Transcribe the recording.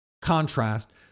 Contrast